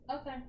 Okay